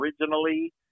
originally